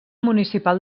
municipal